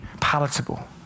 palatable